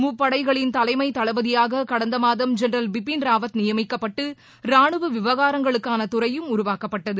முப்படைகளின் தலைமை தளபதியாக கடந்த மாதம் ஜெனரல் பிபிள் ராவத் நியமிக்கப்பட்டு ரானுவ விவகாரங்களுக்கான துறையும் உருவாக்கப்பட்டது